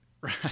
Right